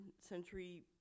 century